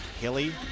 Hilly